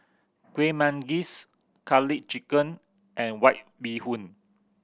Kueh Manggis Garlic Chicken and White Bee Hoon